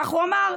כך הוא אמר,